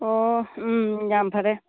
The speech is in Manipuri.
ꯑꯣ ꯎꯝ ꯌꯥꯝ ꯐꯔꯦ